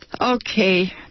okay